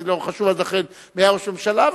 ולא חשוב מי היה ראש ממשלה,